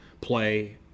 play